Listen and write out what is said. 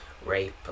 rape